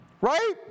Right